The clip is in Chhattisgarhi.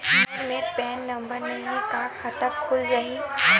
मोर मेर पैन नंबर नई हे का खाता खुल जाही?